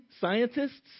scientists